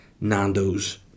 nando's